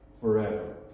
forever